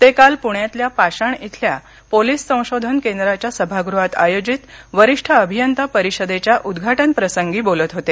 ते काल पूण्यातल्या पाषाण इथल्या पोलिस संशोधन केंद्राच्या सभागृहात आयोजित वरिष्ठ अभियंता परिषदेच्या उद्घाटन प्रसंगी बोलत होते